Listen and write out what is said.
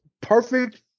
perfect